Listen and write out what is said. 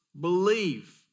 believe